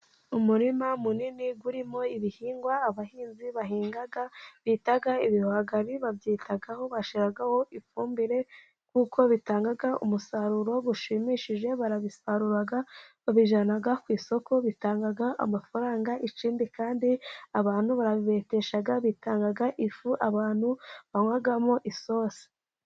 Umurima munini urimo ibihingwa abahinzi bahinga bita ibihwagari, babyitaho bashyiraho ifumbire, k'uko bitanga umusaruro ushimishije. Barabisarura babijyana ku isoko bitanga amafaranga, ikindi kandi abantu barabibetesha bitanga ifu abantu banywamo isosi.